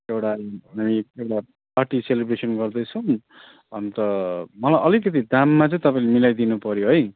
एउटा party celebration गर्दैछौँ अन्त मलाई अलिकति दाममा चाहिँ तपाईँले मिलाइदिनु पर्यो है